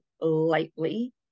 lightly